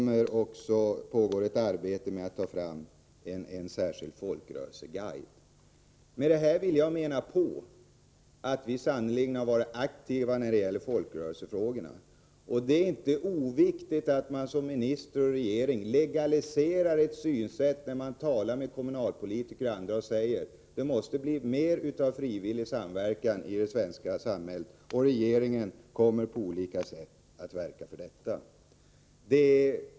Man arbetar med att ta fram en särskild folkrörelseguide. Jag menar således att vi sannerligen varit aktiva när det gäller folkrörelsefrågorna. Det är inte oviktigt att man — det må vara en minister eller en regering -— legaliserar ett visst synsätt när man talar med t.ex. kommunalpolitiker och säger att det måste bli mer av frivillig samverkan i det svenska samhället. Regeringen kommer på olika sätt att verka härför.